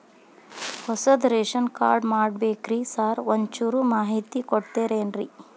ಹೊಸದ್ ration card ಮಾಡ್ಬೇಕ್ರಿ sir ಒಂಚೂರ್ ಮಾಹಿತಿ ಕೊಡ್ತೇರೆನ್ರಿ?